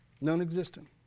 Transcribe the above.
Non-existent